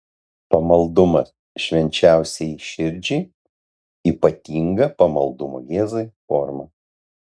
pamaldumas švenčiausiajai širdžiai ypatinga pamaldumo jėzui forma